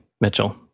mitchell